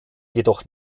jedoch